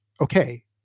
okay